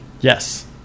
Yes